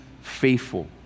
faithful